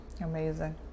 Amazing